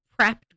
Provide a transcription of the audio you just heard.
prepped